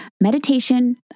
meditation